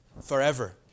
forever